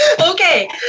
Okay